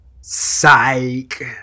psych